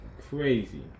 crazy